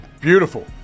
beautiful